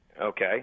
Okay